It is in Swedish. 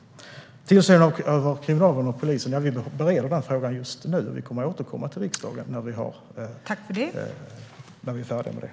Frågan om tillsynen över Kriminalvården och polisen bereder vi just nu, och vi kommer att återkomma till riksdagen när vi är färdiga med det.